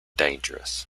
dangerous